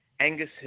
Angus